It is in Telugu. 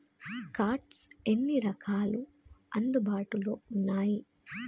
కార్డ్స్ ఎన్ని రకాలు అందుబాటులో ఉన్నయి?